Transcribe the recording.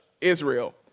Israel